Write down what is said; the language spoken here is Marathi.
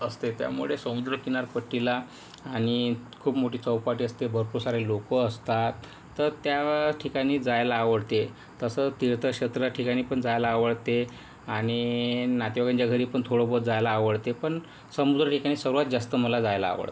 असते त्यामुळे समुद्रकिनारपट्टीला आणि खूप मोठी चौपाटी असते भरपूर सारे लोक असतात तर त्या ठिकाणी जायला आवडते तसं तीर्थक्षेत्र ठिकाणी पण जायला आवडते आणि नातेवाईकांच्या घरी पण थोडंबहुत जायला आवडते पण समुद्र ठिकाणी सर्वांत जास्त मला जायला आवडतं